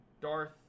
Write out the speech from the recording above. Darth